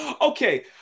okay